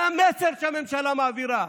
זה המסר שהממשלה מעבירה.